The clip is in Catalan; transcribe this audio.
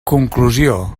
conclusió